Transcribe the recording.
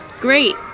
Great